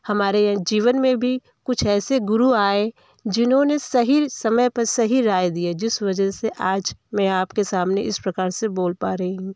हमारे जीवन में भी कुछ ऐसे गुरु आए जिन्होंने सही समय पर सही राय दी जिस वजह से आज मैं आपके सामने इस प्रकार से बोल पा रही हूँ